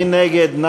מי נגד?